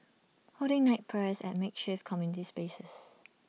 holding night prayers at makeshift community spaces